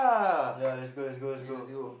ya let's go let's go let's go